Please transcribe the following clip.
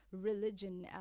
religion